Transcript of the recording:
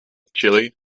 chile